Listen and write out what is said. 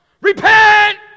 repent